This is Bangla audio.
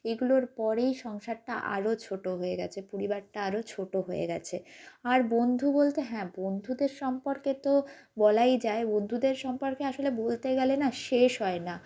এগুলোর পরেই সংসারটা আরও ছোটো হয়ে গিয়েছে পরিবারটা আরও ছোটো হয়ে গিয়েছে আর বন্ধু বলতে হ্যাঁ বন্ধুদের সম্পর্কে তো বলাই যায় বন্ধুদের সম্পর্কে আসলে বলতে গেলে না শেষ হয় না